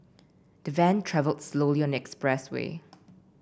the van travelled slowly on expressway